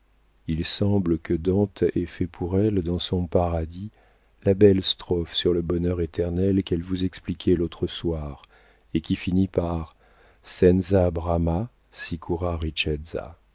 il semble que dante ait fait pour elle dans son paradis la belle strophe sur le bonheur éternel qu'elle vous expliquait l'autre soir et qui finit par